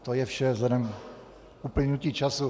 To je vše vzhledem k uplynutí času.